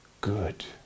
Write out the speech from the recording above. good